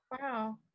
Wow